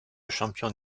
champion